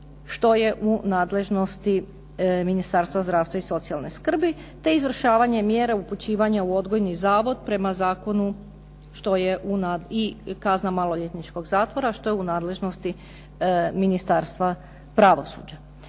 što je u nadležnosti Ministarstva zdravstva i socijalne skrbi, te izvršavanje mjera upućivanja u odgojni zavod prema Zakonu i kazna maloljetničkog zatvora što je u nadležnosti Ministarstva pravosuđa.